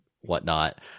whatnot